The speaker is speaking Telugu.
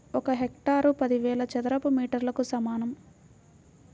ఒక హెక్టారు పదివేల చదరపు మీటర్లకు సమానం